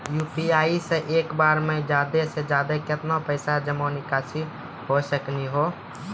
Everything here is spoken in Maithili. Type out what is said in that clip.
यु.पी.आई से एक बार मे ज्यादा से ज्यादा केतना पैसा जमा निकासी हो सकनी हो?